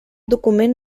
document